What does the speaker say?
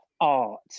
art